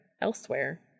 elsewhere